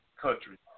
country